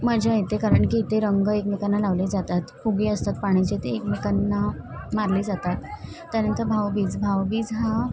मजा येते कारण की इथे रंग एकमेकांना लावले जातात पूगी असतात पाण्याचे ते एकमेकांना मारले जातात त्यानंतर भावभीज भावभीज हा